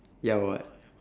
ya what